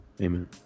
Amen